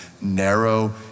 Narrow